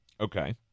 Okay